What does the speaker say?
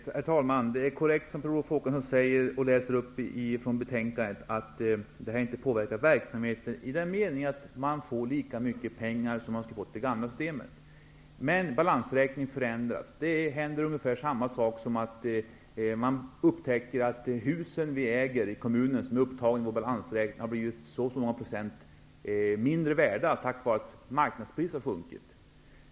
Herr talman! Det som Per Olof Håkansson läser upp ur betänkandet är korrekt. Detta påverkar inte verksamheten i den meningen att man får lika mycket pengar som man skulle ha fått med det gamla systemet. Men balansräkningen förändras. Det som händer är ungefär samma sak som att man upptäcker att husen som kommunen äger och som är upptagna i balansräkningen har blivit många procent mindre värda på grund av att marknadspriset har sjunkit.